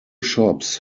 shops